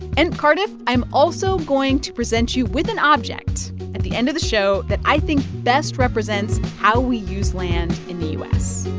and, cardiff, i'm also going to present you with an object at the end of the show that i think best represents how we use land in the u s